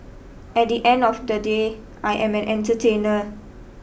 at the end of the day I am an entertainer